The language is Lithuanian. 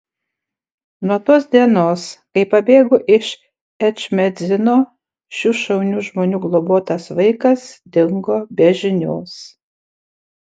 nuo tos dienos kai pabėgo iš ečmiadzino šių šaunių žmonių globotas vaikas dingo be žinios